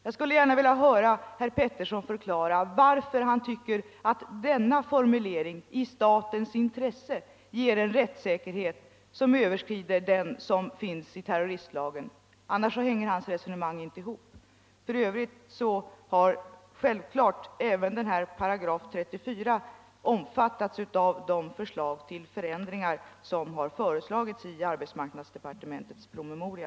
Jag skulle gärna vilja höra herr Pettersson förklara varför han tycker att denna formulering ”i statens intresse” ger en större rättssäkerhet än den som finns i terroristlagen. Annars hänger herr Petterssons resonemang inte ihop. F. ö. har självfallet även 34 § omfattats av de förslag till ändringar som upptagits i arbetsmarknadsdepartementets promemoria.